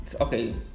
okay